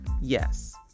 Yes